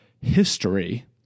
history